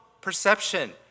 perception